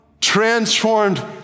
transformed